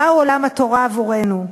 מהו עולם התורה עבורנו: